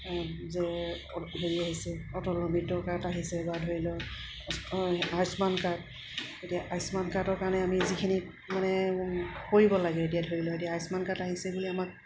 যে হেৰি আহিছে অটল অমৃতৰ কাৰ্ড আহিছে বা ধৰি লওক আয়ুস্মান কাৰ্ড এতিয়া আয়ুস্মান কাৰ্ডৰ কাৰণে আমি যিখিনি মানে কৰিব লাগে এতিয়া ধৰি লওক এতিয়া আয়ুস্মান কাৰ্ড আহিছে বুলি আমাক